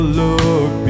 look